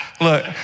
look